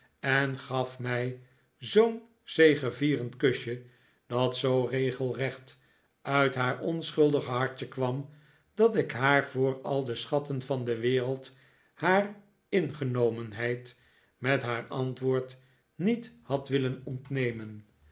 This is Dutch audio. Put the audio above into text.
en gaf mij zoo'n zegevierend kusje dat zoo regelrecht uit haar onschuldige hartje kwam dat ik haar voor al de schatten van de wereld haar ingenomenheid met haar antwoord niet had willen ontnemen